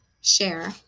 share